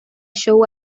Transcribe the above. show